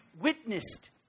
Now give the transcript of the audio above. witnessed